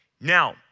Now